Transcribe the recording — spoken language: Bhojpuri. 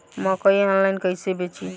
मकई आनलाइन कइसे बेची?